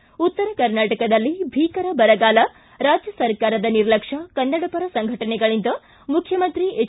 ಿ ಉತ್ತರ ಕರ್ನಾಟಕದಲ್ಲಿ ಭೀಕರ ಬರಗಾಲ ರಾಜ್ಯ ಸರ್ಕಾರದ ನಿರ್ಲಕ್ಷ್ಯ ಕನ್ನಡಪರ ಸಂಘಟನೆಗಳಿಂದ ಮುಖ್ಯಮಂತ್ರಿ ಎಚ್